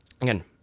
again